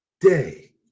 Day